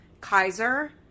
Kaiser